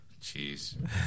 Jeez